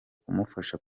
kumufasha